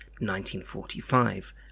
1945